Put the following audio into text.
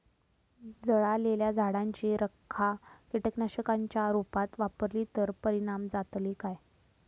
जळालेल्या झाडाची रखा कीटकनाशकांच्या रुपात वापरली तर परिणाम जातली काय?